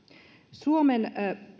suomen